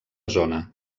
zona